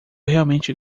realmente